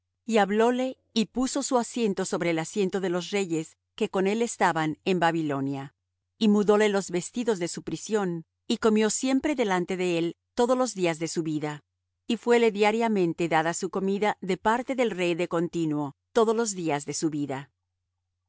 y hablóle bien y puso su asiento sobre el asiento de los reyes que con él estaban en babilonia y mudóle los vestidos de su prisión y comió siempre delante de él todos los días de su vida y fuéle diariamente dada su comida de parte del rey de continuo todos los días de su vida